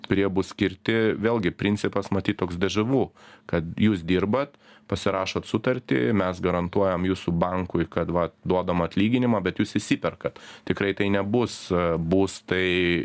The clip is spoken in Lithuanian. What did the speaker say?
kurie bus skirti vėlgi principas matyt toks dežavū kad jūs dirbat pasirašot sutartį mes garantuojam jūsų bankui kad va duodam atlyginimą bet jūs išsiperkat tikrai tai nebus būstai